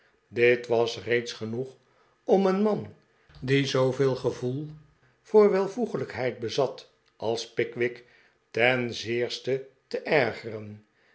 dit was reeds genoeg om een man die zooveel gevoel voor welvoeglijkheid bezat als pickwick ten zeerste te ergeren